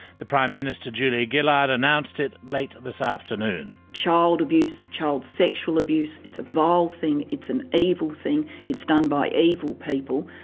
the prime minister julia gillard announced it late this afternoon. child abuse, child sexual abuse, it's a vile thing, it's an evil thing, it's done by evil people,